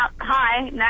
hi